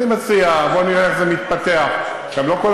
אני מציע, בואו נראה איך זה מתפתח.